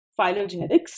phylogenetics